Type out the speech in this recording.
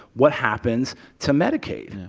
what happens to medicaid?